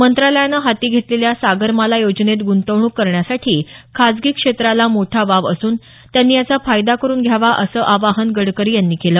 मंत्रालयानं हाती घेतलेल्या सागरमाला योजनेत ग्रंतवणूक करण्यासाठी खाजगी क्षेत्राला मोठा वाव असून त्यांनी याचा फायदा करुन घ्यावा असं आवाहन गडकरी यांनी केलं